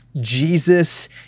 Jesus